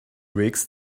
weeks